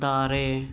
ᱫᱟᱨᱮ